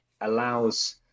allows